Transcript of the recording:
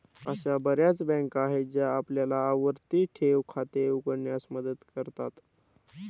अशा बर्याच बँका आहेत ज्या आपल्याला आवर्ती ठेव खाते उघडण्यास मदत करतात